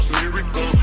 Miracle